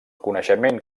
coneixement